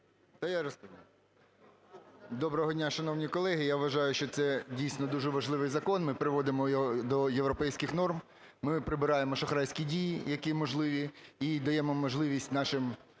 Доброго дня, шановні колеги. Я вважаю, що це дійсно дуже важливий закон, ми приводимо його до європейських норм. Ми прибираємо шахрайські дії, які можливі, і даємо можливість нашим